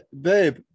babe